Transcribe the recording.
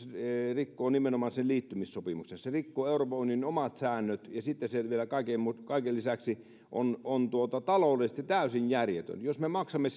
rikkoo nimenomaan sen liittymissopimuksen se rikkoo euroopan unionin omat säännöt ja sitten se vielä kaiken lisäksi on on taloudellisesti täysin järjetön jos me